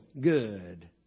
good